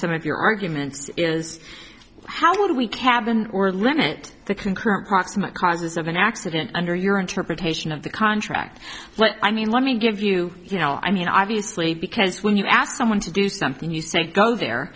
some of your arguments is how do we cabin or limit the concurrent proximate causes of an accident under your interpretation of the contract but i mean let me give you you know i mean obviously because when you ask someone to do something you say go there